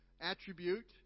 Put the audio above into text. attribute